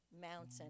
mountain